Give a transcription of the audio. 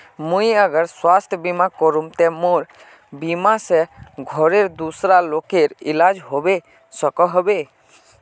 मुई अगर स्वास्थ्य बीमा करूम ते मोर बीमा से घोरेर दूसरा लोगेर इलाज होबे सकोहो होबे?